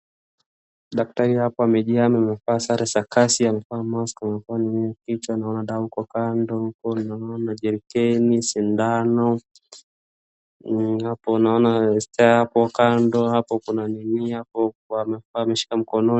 Daktari hapa amejihami amevaa sare za kazi, amevaa mask kwa mdomo na kwa kichwa, naona dawa iko kando. Huku naona jerrycan , sindano. Hapo naona stair hapo kando. Hapo kuna nini hapo kwa ameshika mkononi.